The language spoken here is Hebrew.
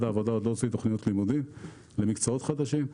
העבודה עוד לא הוציא תכניות לימודים למקצועות חדשים.